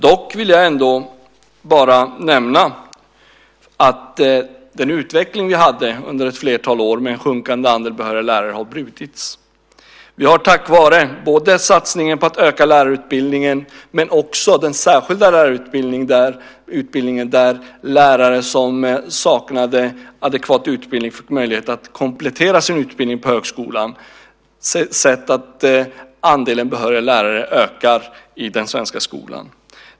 Dock vill jag bara nämna att den utveckling som vi hade under ett flertal år med en sjunkande andel behöriga lärare har brutits. Tack vare satsningen på att förbättra lärarutbildningen men också satsningen på den särskilda lärarutbildningen, där lärare som saknade adekvat utbildning fick möjlighet att komplettera sin utbildning på högskolan, har vi sett att andelen behöriga lärare ökar i den svenska skolan.